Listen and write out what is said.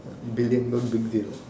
billion got big zero